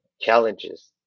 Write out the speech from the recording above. challenges